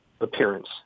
appearance